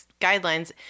guidelines